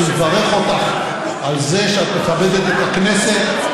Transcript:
מברך אותך על זה שאת מכבדת את הכנסת,